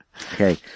okay